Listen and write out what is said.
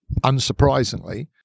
unsurprisingly